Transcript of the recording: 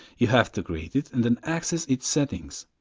you have to create it and then access its settings,